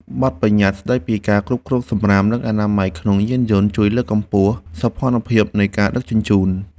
បទប្បញ្ញត្តិស្ដីពីការគ្រប់គ្រងសំរាម និងអនាម័យក្នុងយានយន្តជួយលើកកម្ពស់សោភ័ណភាពនៃការដឹកជញ្ជូន។